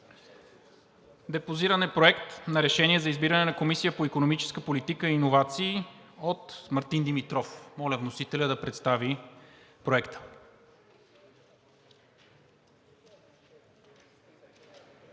Депозиран е Проект на решение за избиране на Комисия по икономическа политика и иновации от Мартин Димитров. Моля вносителят да представи проекта.